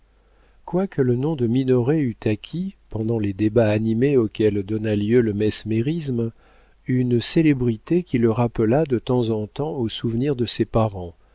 quoique le nom de minoret eût acquis pendant les débats animés auxquels donna lieu le mesmérisme une célébrité qui le rappela de temps en temps au souvenir de ses parents